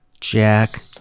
Jack